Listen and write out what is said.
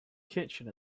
kitchen